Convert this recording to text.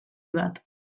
bat